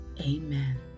amen